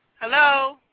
Hello